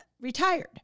retired